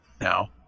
now